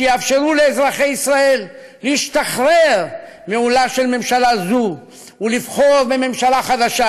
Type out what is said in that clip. שיאפשרו לאזרחי ישראל להשתחרר מעולה של ממשלה זו ולבחור בממשלה חדשה,